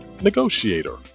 negotiator